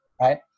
right